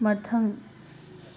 ꯃꯊꯪ